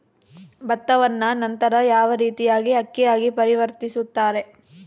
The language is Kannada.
ಭತ್ತವನ್ನ ನಂತರ ಯಾವ ರೇತಿಯಾಗಿ ಅಕ್ಕಿಯಾಗಿ ಪರಿವರ್ತಿಸುತ್ತಾರೆ?